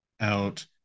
out